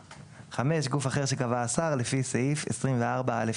גוף אחר שקבע השר, לפי סעיף 24(א)(1).